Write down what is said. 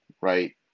right